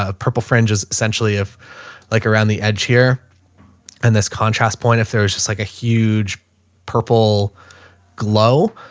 ah purple fringes essentially if like around the edge here and this contrast point, if there was just like a huge purple glow,